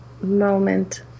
moment